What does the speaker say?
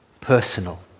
personal